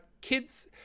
kids